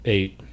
Eight